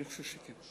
אני חושב שכן.